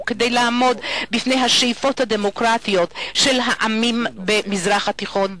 נוכח השאיפות הדמוקרטיות של העמים במזרח התיכון,